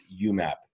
UMAP